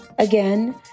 Again